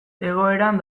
egoeran